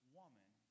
woman